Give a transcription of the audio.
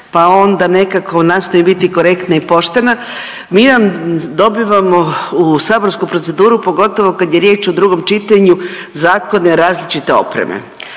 pa onda nekako nastojim biti korektna i poštena. Mi vam dobivamo u saborsku proceduru pogotovo kad je riječ o drugom čitanju zakone različite opreme,